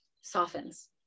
softens